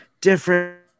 different